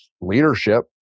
leadership